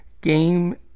game